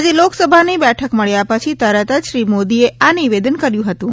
આજે લોકસભાની બેઠક મળ્યા પછી તરત જ શ્રી મોદીએ આ નિવેદન કર્યું હતું